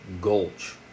gulch